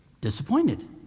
Disappointed